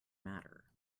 matter